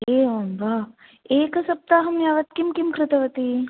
एवं वा एकसप्ताहं यावत् किं किं कृतवती